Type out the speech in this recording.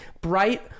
bright